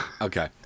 Okay